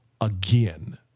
again